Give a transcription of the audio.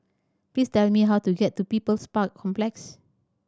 please tell me how to get to People's Park Complex